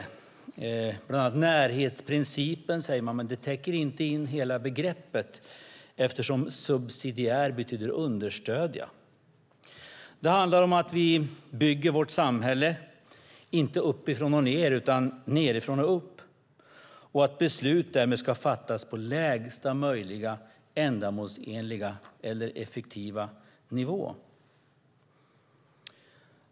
Bland annat säger man "närhetsprincipen", men det täcker inte in hela begreppet, eftersom subsidiär betyder understödja. Det handlar om att vi bygger vårt samhälle inte uppifrån och ned utan nedifrån och upp och att beslut därmed ska fattas på lägsta möjliga ändamålsenliga eller effektiva nivå.